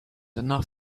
enough